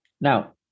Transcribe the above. Now